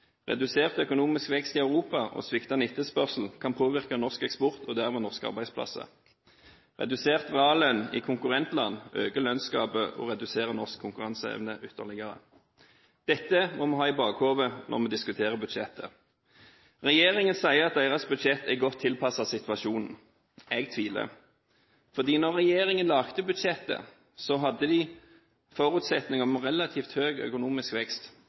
Redusert økonomisk vekst i Europa og sviktende etterspørsel kan påvirke norske eksport, og dermed norske arbeidsplasser. Redusert reallønn i konkurrentland øker lønnsgapet og reduserer norsk konkurranseevne ytterligere. Dette må vi ha i bakhodet når vi diskuterer budsjettet. Regjeringen sier at deres budsjett er godt tilpasset situasjonen. Jeg tviler, for da regjeringen lagde budsjettet, hadde de forutsett relativt høy økonomisk vekst,